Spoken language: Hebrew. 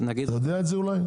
אתה יודע את זה אולי?